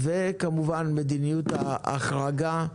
וכמובן מדיניות ההחרגה,